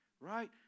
right